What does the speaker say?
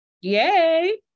Yay